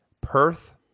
Perth